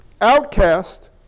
Outcast